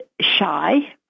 shy